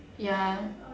ya